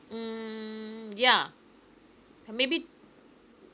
mm yeah maybe